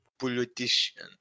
Politician